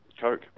Coke